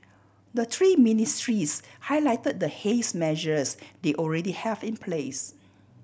the three ministries highlighted the haze measures they already have in place